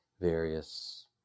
various